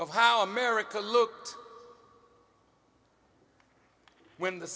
of how america looked when the